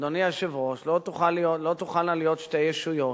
אדוני היושב-ראש, לא תוכלנה להיות שתי ישויות,